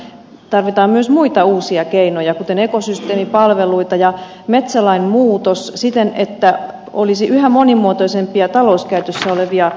tarvitaan myös muita uusia keinoja kuten ekosysteemipalveluita ja metsälain muutos siten että olisi yhä monimuotoisempia talouskäytössä olevia metsiä